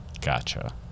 Gotcha